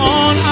on